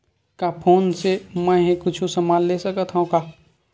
का फोन से मै हे कुछु समान ले सकत हाव का?